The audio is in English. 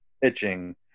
Pitching